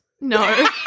no